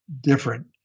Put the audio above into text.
different